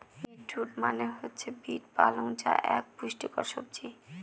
beet root মনে হচ্ছে beet পালং যা এক পুষ্টিকর সবজি